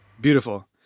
Beautiful